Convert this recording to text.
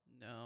no